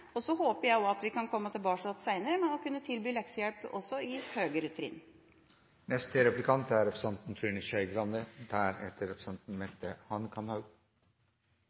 Så håper jeg også at vi kan komme tilbake senere med å kunne tilby leksehjelp også til høyere trinn. Jeg har lyst til å følge opp Harberg, for det er